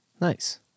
Nice